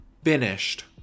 Finished